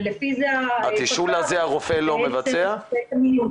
ולפי זה --- הרופא לא מבצע את התשאול הזה?